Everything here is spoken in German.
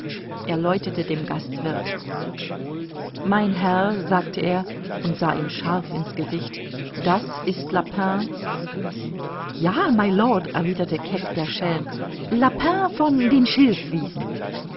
er läutete dem gastwirth mein herr sagte er und sah ihm scharf in's gesicht das ist lapin ja mylord erwiderte keck der schelm lapin von den